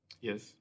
Yes